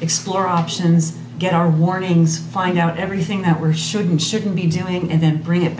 explore options get our warnings find out everything that we're should and shouldn't be doing and then bring it